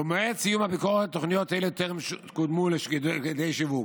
במועד סיום הביקורת תוכניות אלו טרם קודמו לכדי שיווק.